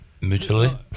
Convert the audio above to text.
mutually